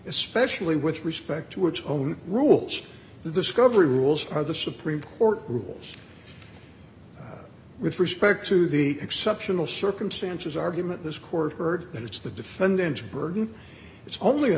especially with respect to its own rules the discovery rules are the supreme court rules with respect to the exceptional circumstances argument this court heard and it's the defendant's burden it's only a